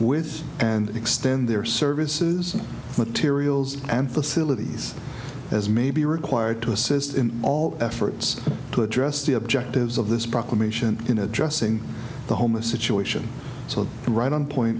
with and extend their services materials and facilities as may be required to assist in all efforts to address the objectives of this proclamation in addressing the homeless situation so right on point